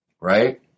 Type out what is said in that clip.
right